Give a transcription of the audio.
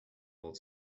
old